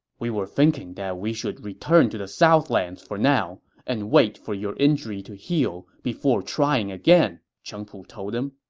we were thinking that we should return to the southlands for now and wait for your injury to heal before trying again, cheng pu told him